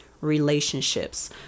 relationships